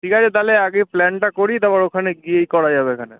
ঠিক আছে তাহলে আগে প্ল্যানটা করি তারপর ওখানে গিয়েই করা যাবে